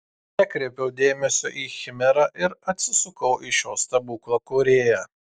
nekreipiau dėmesio į chimerą ir atsisukau į šio stebuklo kūrėją